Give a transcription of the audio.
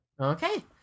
Okay